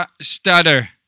stutter